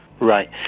Right